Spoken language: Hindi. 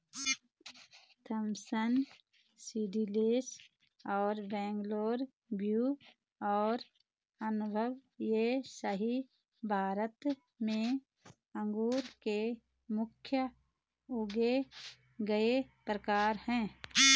थॉमसन सीडलेस और बैंगलोर ब्लू और अनब ए शाही भारत में अंगूर के प्रमुख उगाए गए प्रकार हैं